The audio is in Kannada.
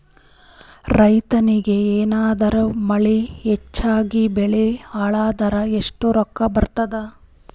ರೈತನಿಗ ಏನಾರ ಮಳಿ ಹೆಚ್ಚಾಗಿಬೆಳಿ ಹಾಳಾದರ ಎಷ್ಟುರೊಕ್ಕಾ ಬರತ್ತಾವ?